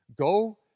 Go